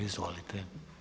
Izvolite.